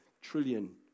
trillion